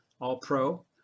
All-Pro